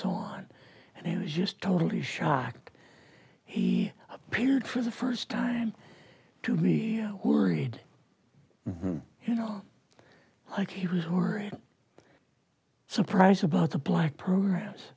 so on and it was just totally shocked he appeared for the first time to be worried you know like he was worried surprise about the black programs